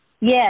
Yes